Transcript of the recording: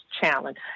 challenge